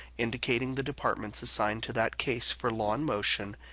indicating the departments assigned to that case for law and motion,